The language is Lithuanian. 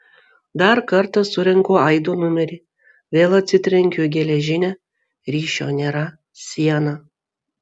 dar kartą surenku aido numerį vėl atsitrenkiu į geležinę ryšio nėra sieną